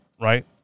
right